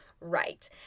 right